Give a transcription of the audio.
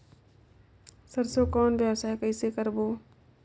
सरसो कौन व्यवसाय कइसे करबो?